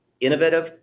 innovative